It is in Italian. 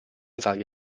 varie